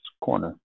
corner